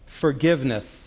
forgiveness